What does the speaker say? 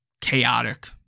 chaotic